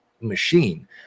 machine